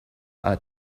are